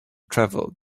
travel